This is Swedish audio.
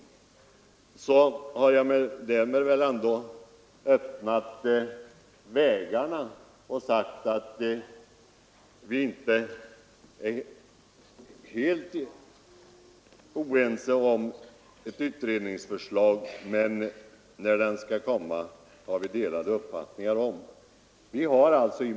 Därmed har jag öppnat vägen för ett utredningsförslag. Vi är således inte helt oense på denna punkt, men när utredningen skall göras har vi delade meningar om.